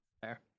Fair